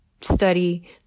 study